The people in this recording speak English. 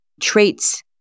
traits